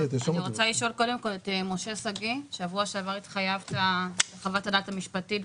אני רוצה לשאול את משה שגיא בשבוע שעבר התחייבת לחוות הדעת המשפטית.